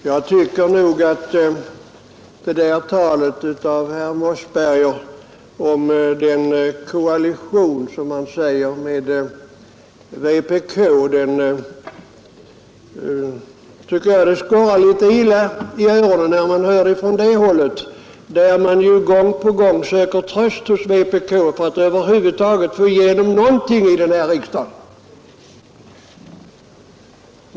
Herr talman! Det där talet av herr Mossberger om en koalition — som han säger — med vpk skorrar litet illa i öronen när jag hör detta från det hållet, där man ju gång på gång söker tröst hos vpk för att över huvud taget få igenom någonting i den här riksdagen.